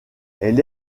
elle